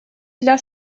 для